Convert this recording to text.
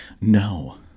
No